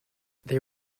they